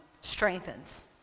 strengthens